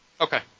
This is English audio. Okay